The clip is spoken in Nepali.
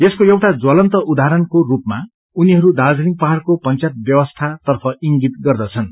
यसको एउटा ज्वलनत उदाहरणको रूपमा उनीहरू दार्जीलिङ पहाउ़को पंचायत व्यवस्था तर्फ इंगित गर्दछन्